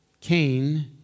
Cain